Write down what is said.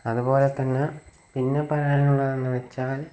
അതുപോലെ തന്നെ പിന്നെ പറയാനുള്ളതെന്ന് വെച്ചാൽ